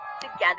together